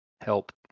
help